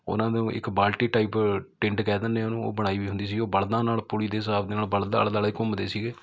ਉਹਨਾਂ ਨੂੰ ਇੱਕ ਬਾਲਟੀ ਟਾਈਪ ਟਿੰਡ ਕਹਿ ਦਿੰਦੇ ਹਾਂ ਉਹਨੂੰ ਉਹ ਬਣਾਈ ਵੀ ਹੁੰਦੀ ਸੀ ਉਹ ਬਲਦਾਂ ਨਾਲ਼ ਪੁਲ਼ੀ ਦੇ ਹਿਸਾਬ ਦੇ ਨਾਲ਼ ਬਲਦ ਆਲ਼ੇ ਦੁਆਲ਼ੇ ਘੁੰਮਦੇ ਸੀਗੇ